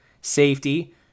Safety